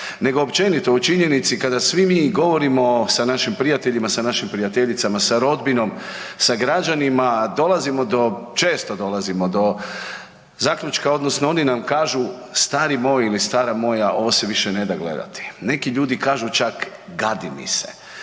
nego općenito o činjenici kada svi mi govorimo sa našim prijateljima, sa našim prijateljicama, sa rodbinom, sa građanima, dolazimo do, često dolazimo do zaključka odnosno oni nam kažu stari moj ili stara moja ovo se više ne da gledati. Neki ljudi kažu čak gadi mi se.